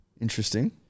Interesting